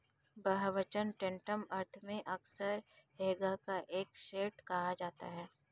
बहुवचन टैंटम अर्थ में अक्सर हैगा का एक सेट कहा जाता है